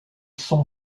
sont